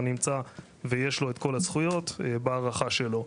נמצא ויש לו כבר את כל הזכויות בהארכה שלו.